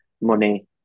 money